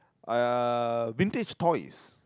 uh vintage toys